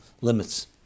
limits